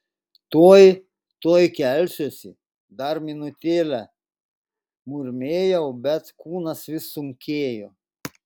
tuoj tuoj kelsiuosi dar minutėlę murmėjau bet kūnas vis sunkėjo